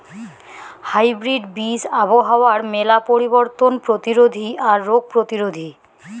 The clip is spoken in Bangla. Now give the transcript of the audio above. হাইব্রিড বীজ আবহাওয়ার মেলা পরিবর্তন প্রতিরোধী আর রোগ প্রতিরোধী